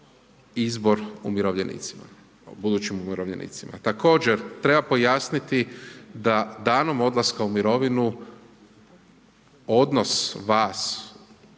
izbor umirovljenicima, budućim umirovljenicima. Također treba pojasniti da danom odlaska u mirovinu odnos vas